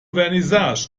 vernissage